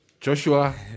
Joshua